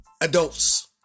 adults